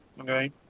okay